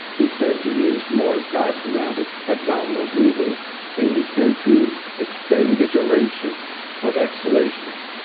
you tend to use more diaphragmatic abdominal breathing and you tend to extend the duration of exhalations.